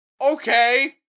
Okay